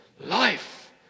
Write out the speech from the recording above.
Life